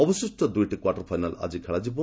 ଅବଶିଷ୍ଟ ଦୁଇଟି quarter final ଆଜି ଖେଳାଯିବ